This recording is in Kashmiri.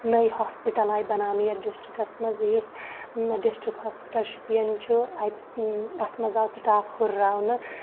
نٔوۍ ہاسپٹل آے بَناونہٕ یَتھ ڈسٹرکس منٛز یُس ڈسٹرکٹ ہوسپَٹل شُپین چھُ اَتہِ اَتھ منٛز آو سِٹاف ہُراونہٕ